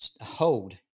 hold